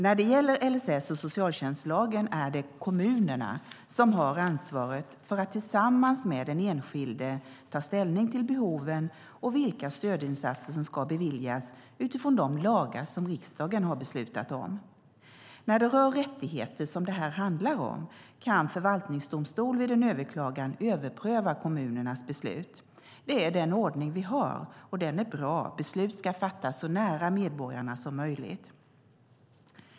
När det gäller LSS och socialtjänstlagen är det kommunerna som har ansvaret för att tillsammans med den enskilde ta ställning till behoven och vilka stödinsatser som ska beviljas utifrån de lagar som riksdagen har beslutat om. När det rör rättigheter, som det här handlar om, kan förvaltningsdomstol vid en överklagan överpröva kommunernas beslut. Det är den ordning vi har, och den är bra - beslut ska fattas så nära medborgaren som möjligt.